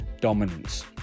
dominance